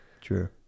True